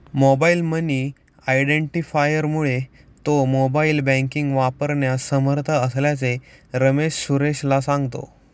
mobile money आयडेंटिफायरमुळे तो mobile banking वापरण्यास समर्थ असल्याचे रमेश सुरेशला सांगतो